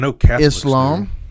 Islam